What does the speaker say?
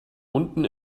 unten